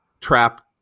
trapped